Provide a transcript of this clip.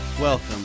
welcome